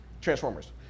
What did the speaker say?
Transformers